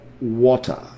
water